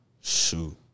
Shoot